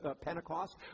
Pentecost